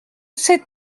cet